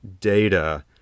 data